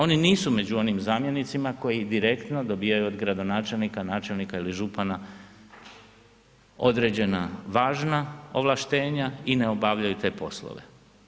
Oni nisu među onim zamjenicima koji direktno dobivaju od gradonačelnika, načelnika ili župana određena važna ovlaštenja i ne obavljaju te poslove.